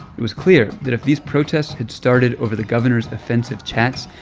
it was clear that if these protests had started over the governor's offensive chats,